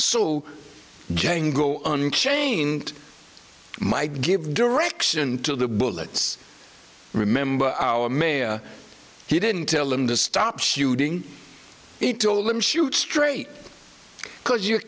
so django unchained might give direction to the bullets remember our mayor he didn't tell him to stop shooting it told him shoot straight because you're